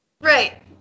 Right